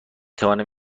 توانم